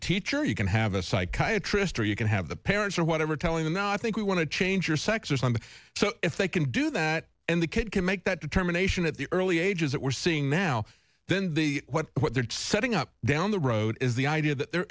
teacher you can have a psychiatry history you can have the parents or whatever telling them not think we want to change your sex or something so if they can do that and the kid can make that determination at the early ages that we're seeing now then the what what they're setting up down the road is the idea that there